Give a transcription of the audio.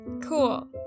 Cool